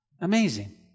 Amazing